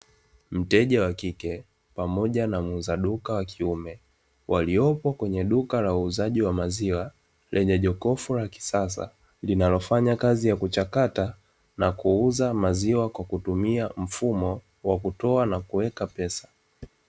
Mteja wa kike pamoja na muuza duka wa kiume, waliopo kwenye duka la uuzaji wa maziwa, lenye jokofu la kisasa linalofanya kazi ya kuchakata na kuuza maziwa kwa kutumia mfumo wa kutoa na kuweka pesa.